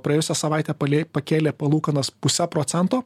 praėjusią savaitę palė pakėlė palūkanas puse procento